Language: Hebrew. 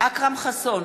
אכרם חסון,